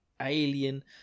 alien